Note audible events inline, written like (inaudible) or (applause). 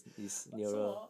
(breath) so hor